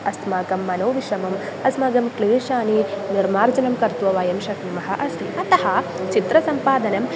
अस्माकं मनोविश्रमः अस्माकं क्लेशाः निर्मार्जनं कृत्वा वयं शक्नुमः अस्ति अतः चित्रसम्पादनं